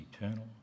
eternal